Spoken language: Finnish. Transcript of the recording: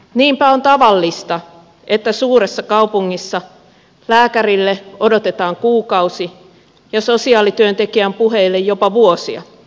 niinpä on tavallista että suuressa kaupungissa lääkärille odotetaan kuukausi ja sosiaalityöntekijän puheille jopa vuosia